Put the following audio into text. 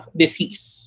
disease